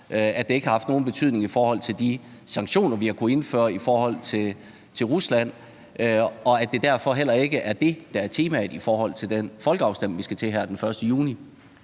at det ikke har haft nogen betydning i forhold til de sanktioner, vi har kunnet indføre over for Rusland, og at det derfor heller ikke er det, der er temaet for den folkeafstemning, der skal afholdes her den 1. juni.